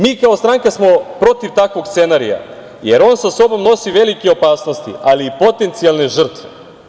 Mi kao stranka smo protiv takvog scenarija, jer on sa sobom nosi velike opasnosti, ali i potencijalne žrtve.